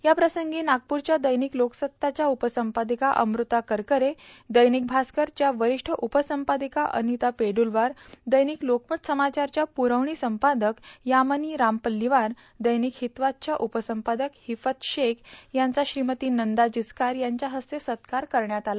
याप्रसंगी नागप्रख्या दैनिक लोकसत्ताच्या उपसंपादिका अमृता करकरे दैनिक भास्कर च्या वरिष्ठ उपसंपादिका अनिता पेड्वलवार दैनिक लोकमत समाचारच्या प्रखणी संपादक यामिनी रामपल्लीवर दैनिक हितवादच्या उपसंपादक हिफत शेख यांचा श्रीमती नंदा जिचकार यांच्या हस्ते सत्कार करण्यात आला